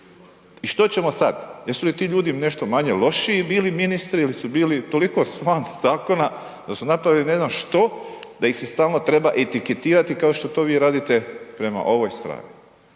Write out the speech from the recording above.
i što ćemo sad, jesu li ti ljudi nešto manje lošiji bili ministri ili su bili toliko van zakona da su napravili ne znam što da ih se stalno treba etiketirati kao što to vi radite prema ovoj strani.